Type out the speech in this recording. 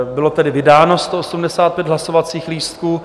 Bylo tedy vydáno 185 hlasovacích lístků.